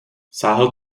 sáhl